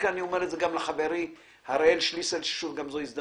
אני אומר את זה גם לחברי הראל שליסל, שזו הזדמנות